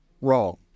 wrong